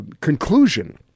conclusion